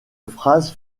phrase